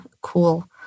cool